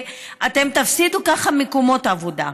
אתם תפסידו ככה מקומות עבודה.